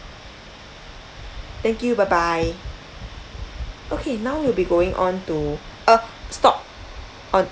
thank you bye bye okay now we'll be going on to uh stop on